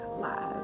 Live